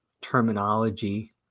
terminology